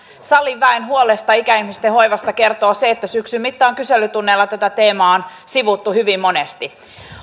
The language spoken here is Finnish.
salin väen huolesta ikäihmisten hoivasta kertoo se että syksyn mittaan kyselytunneilla tätä teemaa on sivuttu hyvin monesti